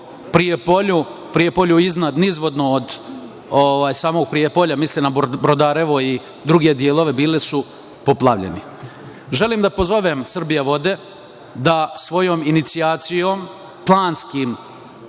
Prijepolju, nizvodno od samog Prijapolja, Brodarevo i drugi delovi su bili poplavljeni. Želim da pozovem „Srbijavode“ da svojom inicijacijom, planskim